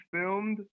filmed